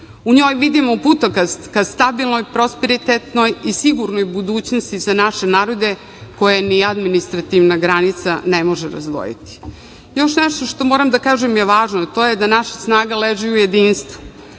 U njoj vidimo putokaz ka stabilnoj, prosperitetnoj i sigurnog budućnosti za naše narode koje ni administrativna granica ne može razdvojiti. Još nešto što moram da kažem je važno a to je da naša snaga leži u jedinstvu,